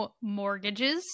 Mortgages